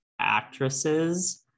actresses